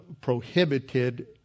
prohibited